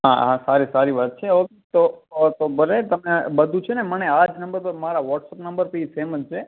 હા હા સારી સારી વાત છે ઓકેભલે તમે બધુ છે ને મને આ જ નંબર પર મારા વોટ્સઅપ નંબર પર સેમ જ છે